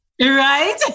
right